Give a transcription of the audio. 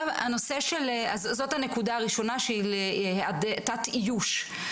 זו הנקודה הראשונה, תת איוש.